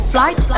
Flight